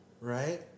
right